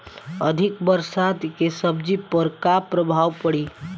अधिक बरसात के सब्जी पर का प्रभाव पड़ी?